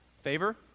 Favor